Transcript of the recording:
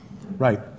right